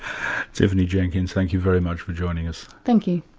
tiffany jenkins, thank you very much for joining us. thank you.